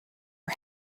are